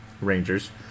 Rangers